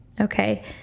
Okay